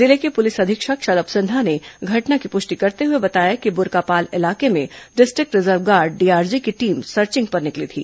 जिले के पुलिस अधीक्षक शलभ सिन्हा ने घटना की पुष्टि करते हुए बताया कि बुरकापाल इलाके में डिस्ट्रिक्ट रिजर्व गार्ड डीआरजी की टीम सर्चिंग पर निकली थी